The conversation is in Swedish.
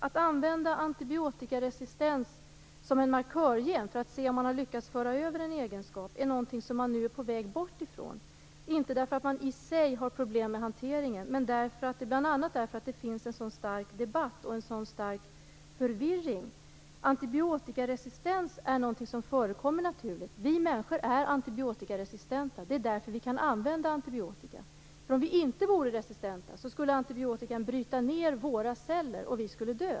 Att använda antibiotikaresistens som en markörgen för att se om man lyckats föra över en egenskap är någonting som man är på väg bort ifrån. Det beror inte på att man i sig har problem med hanteringen, utan det är bl.a. därför att det finns en så stor debatt och en så stark förvirring. Antibiotikaresistens är någonting som förekommer naturligt. Vi människor är antibiotikaresistenta. Det är därför vi kan använda antibiotika. Om vi inte vore resistenta skulle antibiotikan bryta ned våra celler, och vi skulle dö.